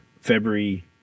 February